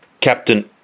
Captain